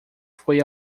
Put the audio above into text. foi